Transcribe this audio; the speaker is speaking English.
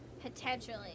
Potentially